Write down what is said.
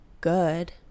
good